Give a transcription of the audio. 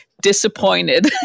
Disappointed